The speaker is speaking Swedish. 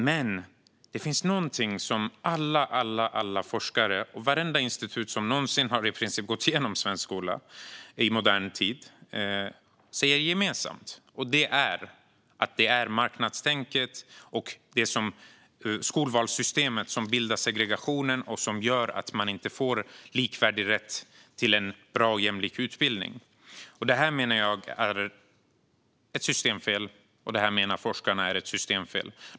Men det finns någonting som i princip alla forskare och vartenda institut som har gått igenom svensk skola i modern tid säger gemensamt, och det är att det är marknadstänket och skolvalssystemet som bildar segregationen och gör att man inte får likvärdig rätt till en bra och jämlik utbildning. Det här menar jag är ett systemfel, och det här menar forskarna är ett systemfel.